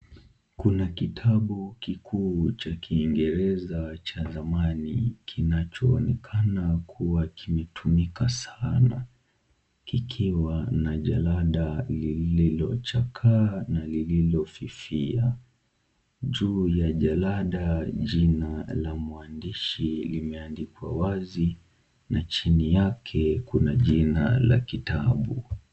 Kuna kitabu kikuu cha kiingereza cha thamani kinachoonekana kuwa kimetumika sana, kikiwa na jalada lililochakaa na lililofifia, juu ya jalada jina la mwandishi limeandikwa wazi na chini yake kuna jina la kitabu.